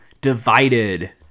Divided